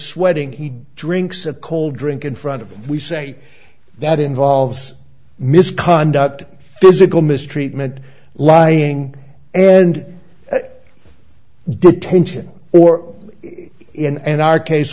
sweating he drinks a cold drink in front of him we say that involves misconduct physical mistreatment lying and detention or and our case